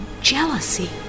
jealousy